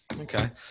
Okay